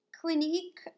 Clinique